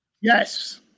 yes